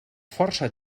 força